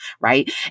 right